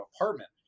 apartment